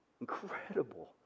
Incredible